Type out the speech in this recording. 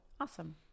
Awesome